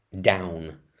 down